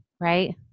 right